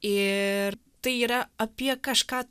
ir tai yra apie kažką